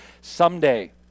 Someday